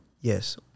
Yes